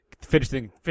finishing